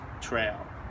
trail